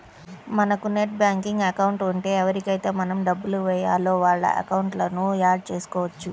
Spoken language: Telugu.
మనకు నెట్ బ్యాంకింగ్ అకౌంట్ ఉంటే ఎవరికైతే మనం డబ్బులు వేయాలో వాళ్ళ అకౌంట్లను యాడ్ చేసుకోవచ్చు